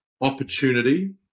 opportunity